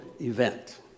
event